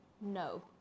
no